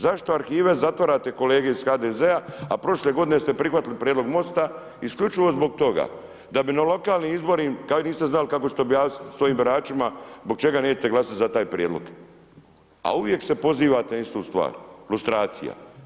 Zašto arhive zatvarate, kolege iz HDZ-a a prošle godine ste prihvatili prijedlog MOST-a isključivo zbog toga da bi na lokalnim izborima, kad niste znali kako ćete objasniti svojim biračima zbog čega nećete glasati za taj prijedlog, a uvijek se pozivate na istu stvar, lustracija.